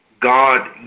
God